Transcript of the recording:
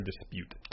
dispute